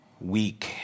weak